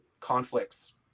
conflicts